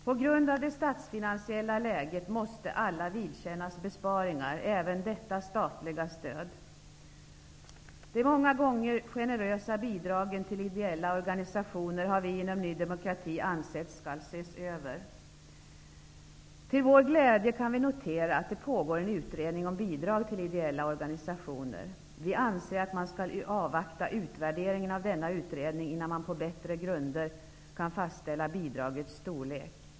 På grund av det statsfinansiella läget måste alla vidkännas besparingar, och det gäller även detta statliga stöd. Vi i Ny demokrati anser att de många gånger generösa bidragen till ideella organisationer skall ses över. Till vår glädje kan vi notera att det pågår en utredning om bidrag till ideella organisationer. Vi anser att man skall avvakta utvärderingen av denna utredning innan man på bättre grunder kan fastställa bidragets storlek.